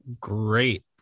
great